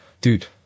Dude